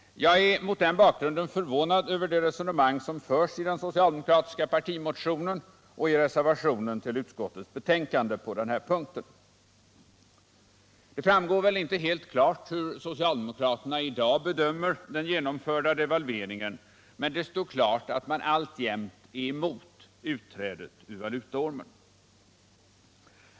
Jag är mot denna bakgrund förvånad över det resonemang som förs i den socialdemokratiska partimotionen och i reservationen till finansutskottets betänkande på den här punkten. Det framgår inte helt klart hur socialdemokraterna i dag bedömer den genomförda devalveringen, men det står klart att man alltjämt är emot utträdet ur valutaormen.